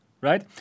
Right